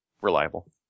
reliable